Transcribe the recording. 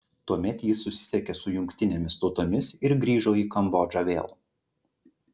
tuomet ji susisiekė su jungtinėmis tautomis ir grįžo į kambodžą vėl